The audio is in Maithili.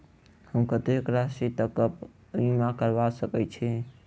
हम कत्तेक राशि तकक बीमा करबा सकैत छी?